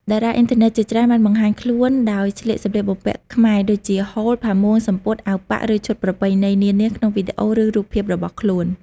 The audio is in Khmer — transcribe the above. តារាអុីនធឺណិតជាច្រើនបានបង្ហាញខ្លួនដោយស្លៀកសំលៀកបំពាក់ខ្មែរដូចជា ហូល ផាមួង សំពត់ អាវប៉ាក់ ឬឈុតប្រពៃណីនានាក្នុងវីដេអូ ឬរូបភាពរបស់ខ្លួន។